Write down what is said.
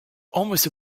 almost